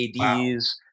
ADs